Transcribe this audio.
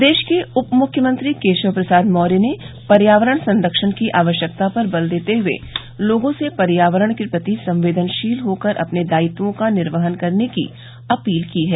प्रदेश के उपमुख्यमंत्री केशव प्रसाद मौर्य ने पर्यावरण संरक्षण की आवश्यकता पर बल देते हुए लोगों से पर्यावरण के प्रति संवेदनशील होकर अपने दायित्वों का निर्वहन करने की अपील की है